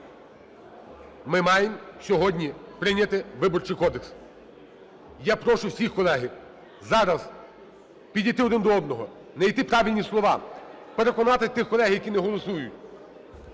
ми маємо сьогодні прийняти Виборчий кодекс. Я прошу всіх, колеги, зараз підійти один до одного, знайти правильні слова, переконати тих колег, які не голосують.